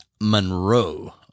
monroe